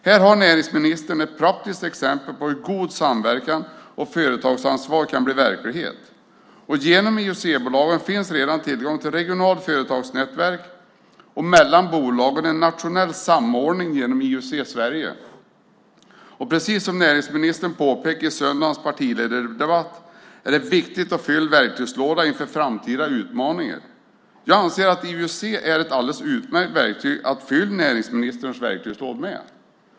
Här har näringsministern ett praktiskt exempel på hur god samverkan och företagsansvar kan bli verklighet. Genom IUC-bolagen finns redan tillgång till regionala företagsnätverk, och mellan bolagen en nationell samordning genom IUC Sverige. Precis som näringsministern påpekade i söndagens partiledardebatt är det viktigt att fylla verktygslådan inför framtida utmaningar. Jag anser att IUC är ett alldeles utmärkt verktyg att fylla näringsministerns verktygslåda med.